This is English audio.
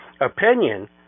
opinion